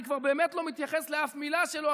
אני כבר באמת לא מתייחס לאף מילה שלו,